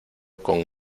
con